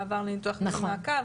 מעבר לניתוח מיני מעקף,